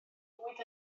bwyd